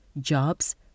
Jobs